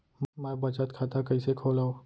मै बचत खाता कईसे खोलव?